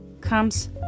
comes